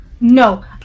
No